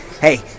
hey